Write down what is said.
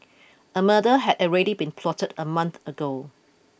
a murder had already been plotted a month ago